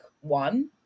one